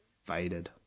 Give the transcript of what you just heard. faded